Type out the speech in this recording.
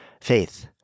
Faith